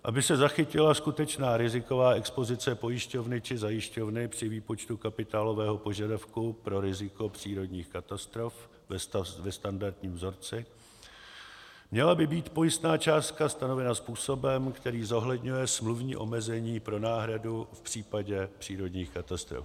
Aby se zachytila skutečná riziková expozice pojišťovny či zajišťovny při výpočtu kapitálového požadavku pro riziko přírodních katastrof ve standardním vzorci, měla by být pojistná částka stanovena způsobem, který zohledňuje smluvní omezení pro náhradu v případě přírodních katastrof.